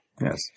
Yes